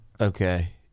Okay